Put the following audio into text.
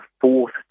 fourth